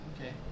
Okay